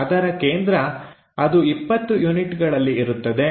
ಅದರ ಕೇಂದ್ರ ಅದು 20 ಯೂನಿಟ್ಗಳಲ್ಲಿ ಇರುತ್ತದೆ